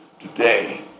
Today